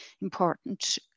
important